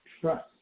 trust